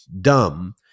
dumb